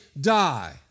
die